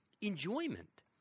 enjoyment